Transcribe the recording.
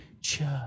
church